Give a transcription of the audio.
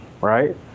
Right